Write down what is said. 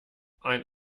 ein